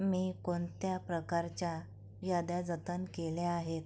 मी कोणत्या प्रकारच्या याद्या जतन केल्या आहेत